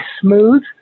smooth